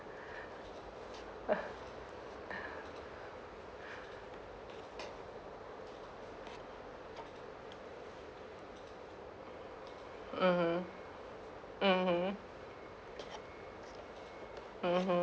mmhmm mmhmm mmhmm